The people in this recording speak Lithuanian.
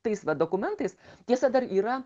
tais va dokumentais tiesa dar yra